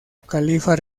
califa